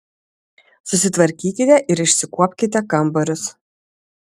susitvarkykite ir išsikuopkite kambarius